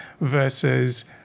versus